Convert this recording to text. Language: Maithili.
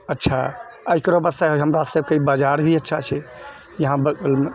अच्छा आओर एकरो वास्ते हमरा सबके बाजार भी अच्छा छै इएह बगलमे